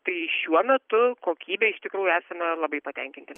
tai šiuo metu kokybe iš tikrųjų esame labai patenkinti